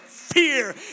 fear